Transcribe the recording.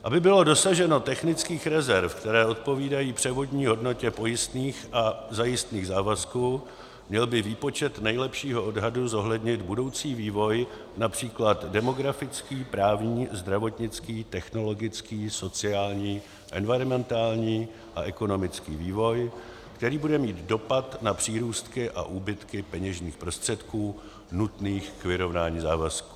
Aby bylo dosaženo technických rezerv, které odpovídají převodní hodnotě pojistných a zajistných závazků, měl by výpočet nejlepšího odhadu zohlednit budoucí vývoj, např. demografický, právní, zdravotnický, technologický, sociální, environmentální a ekonomický vývoj, který bude mít dopad na přírůstky a úbytky peněžních prostředků nutných k vyrovnání závazků.